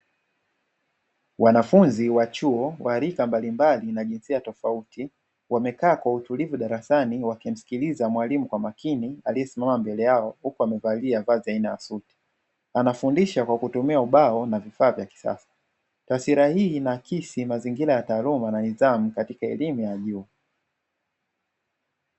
Wanafunzi wa chuo wa rika mbalimbali na jinsia tofauti, wamekaa kwa utulivu darasani wakimsikiliza mwalimu kwa makini, aliyesimama mbele yao huku amevalia vazi aina ya suti, anafundisha kwa kutumia ubao na vifaa vya kisasa. Taswira hii inahakisi mazingira ya taaluma na nidhamu katika elimu ya juu.